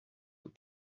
eaux